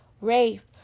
race